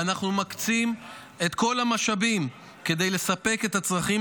ואנו מקצים את כל המשאבים כדי לספק את הצרכים